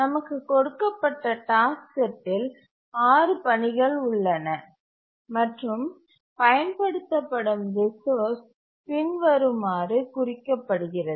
நமக்கு கொடுக்கப்பட்ட டாஸ்க் செட்ஸ்டில் 6 பணிகள் உள்ளன மற்றும் பயன்படுத்தப்படும் ரிசோர்ஸ் பின்வருமாறு குறிக்கப்படுகிறது